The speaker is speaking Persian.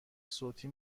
صوتی